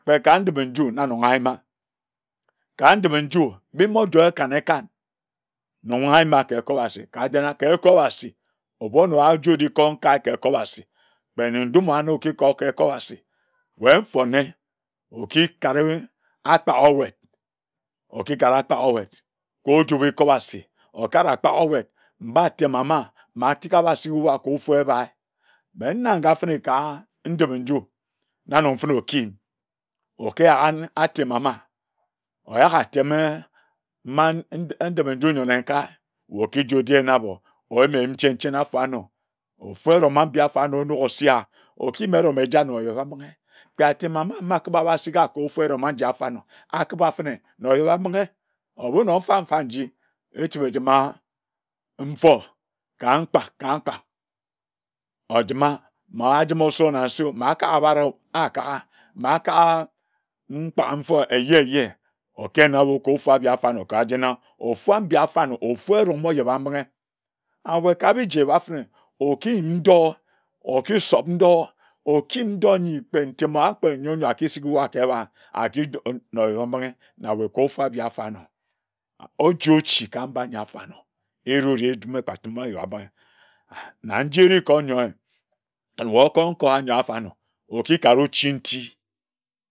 Kpe ka ndipe-nju na anonga ayima ka ndipe-nju mbim emojoer ekanekon nonga ayima ke ekuasi kajena ke ekuasi ebu onogha oji kor nkae ke ekuasi kpe nne ndum na okikor ka ekuasi wae mfone okikare akpaka owed okikare akpakeowed ke ojubi kobasi okare akpake owed mba atema ma tik obasik uwa ke ofu ebae benaga efene ka ndipe-nju nagar fene okiyim okiyak atem ama oyak ateme mma ndipe-nju nyor mkai wae okiji oji yin abor oyime nchen nchen afanor ofe erom afanor onok osia okiyim erom eja na ojebambinghi kpe atem ama mba akiba abasika ko ofu erom afanor akiba fene na ojebambinghi owunor mfa mfa nji echibi ejima mfor ka mkpa ka mkpa ojima na ojim osor na ose oo ama akak abare oo akaga ma akaga mkpage mfor eje eje okiyin abor ka ofuabi afanor kajena ofua abi afanor afua ojeba mbinghe na wae ba biji eba fene okiyim ndor okisop ndor okiyim ndor nyi kpe ntem owa kpe nyor nyor akisik uwa ka ebae aki dor mmh na ojebambinghi na wae ka ofubi afonaor oji ochi ka mba nyi afanor erejoer ekpatime ojebambinghi na njene ka onyoer kon wae okor nkae anyor afanor okikare ochi nti